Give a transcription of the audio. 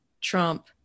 Trump